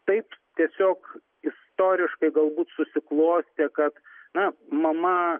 taip tiesiog istoriškai galbūt susiklostė kad na mama